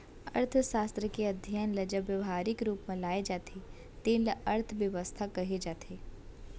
अर्थसास्त्र के अध्ययन ल जब ब्यवहारिक रूप म लाए जाथे तेन ल अर्थबेवस्था कहे जाथे